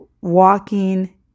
walking